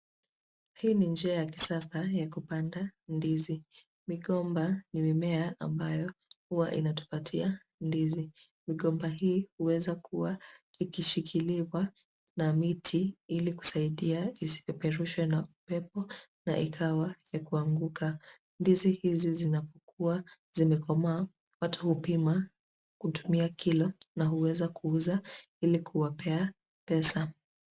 Hii ni njia ya kisasa ya kupanda ndizi. Migomba imemea ambayo huwa inatupatia ndizi. Migomba hii huweza kuwa ikishikiliwa na miti ili kusaidia isipeperushwe na upepo na ikawa ya kuanguka. Hizi ndizi zinakuwa zimekomaa. Watu hupima kutumia kilo na huweza kuuza ili kuwapea pesa.